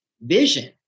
vision